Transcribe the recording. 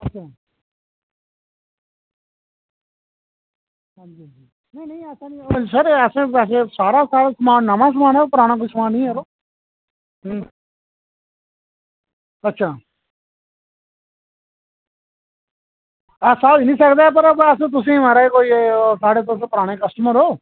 हां जी नेईं नेईं सर ऐसा निं सारा साढ़ा समान नमां ऐ ओह् पराना कोई समान निं ऐ यरो हूं अच्छा ऐसा होई निं सकदा ऐ पर असें तुसें ई महाराज कोई साढ़े तुस पराने कस्टमर ओ